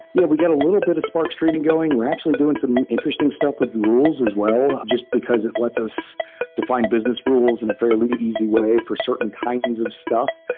yeah, we got a little bit of spark streaming going. we're actually doing some interesting stuff with the rules as well just because it lets us define business rules in a fairly easy way for certain kinds of stuff.